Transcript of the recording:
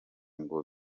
ngo